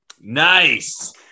Nice